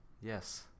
Yes